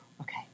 okay